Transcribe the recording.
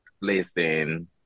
Listen